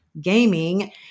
gaming